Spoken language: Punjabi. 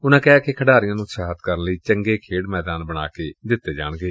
ਉਨਾਂ ਕਿਹਾ ਕਿ ਖਿਡਾਰੀਆਂ ਨੂੰ ਉਤਸ਼ਾਹਿਤ ਕਰਨ ਲਈ ਚੰਗੇ ਖੇਡ ਮੈਦਾਨ ਬਣਾ ਕੇ ਦਿੱਤੇ ਜਾਣਗੇ